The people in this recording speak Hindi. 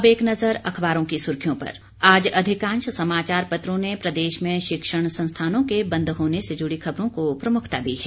अब एक नजर अखबारों की सुर्खियों पर आज अधिकांश समाचार पत्रों ने प्रदेश में शिक्षण संस्थानों के बंद होने से जुड़ी खबरों को प्रमुखता दी है